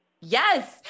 Yes